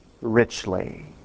Richly